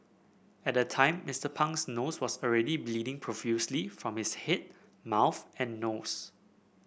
at the time Mister Pang's nose was already bleeding profusely from his head mouth and nose